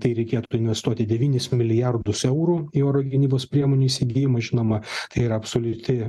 tai reikėtų investuoti devynis milijardus eurų į oro gynybos priemonių įsigijimą žinoma tai yra absoliuti